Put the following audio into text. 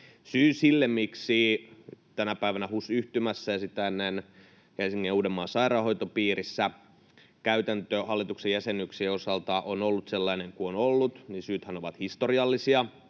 Syythän sille, miksi tänä päivänä HUS-yhtymässä ja sitä ennen Helsingin ja Uudenmaan sairaanhoitopiirissä käytäntö hallituksen jäsenyyksien osalta on ollut sellainen kuin on ollut, ovat historiallisia,